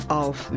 auf